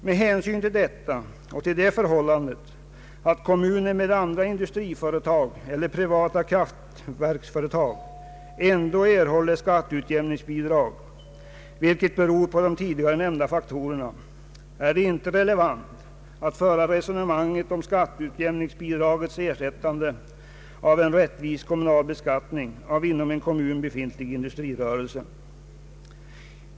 Med hänsyn till detta och till det förhållandet att kommuner med andra industriföretag eller privata vattenkraftföretag ändå erhåller skatteutjämningsbidrag, vilket beror på tidigare nämnda faktorer, är det inte relevant att föra resonemanget om skatteutjämningsbidragets ersättande av en rättvis kommunal beskattning av inom en kommun befintlig industrirörelse.